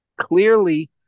clearly